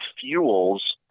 fuels